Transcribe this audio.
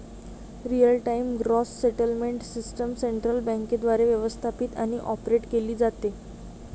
real time gross settlement system central बँकेद्वारे व्यवस्थापित आणि ऑपरेट केली जाते